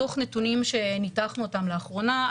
מתוך נתונים שניתחנו אותם לאחרונה,